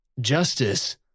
justice